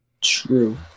True